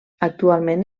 actualment